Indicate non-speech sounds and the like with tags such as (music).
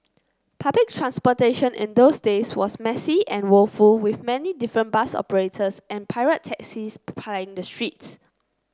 public transportation in those days was messy and woeful with many different bus operators and pirate taxis (unintelligible) plying the streets